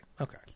Okay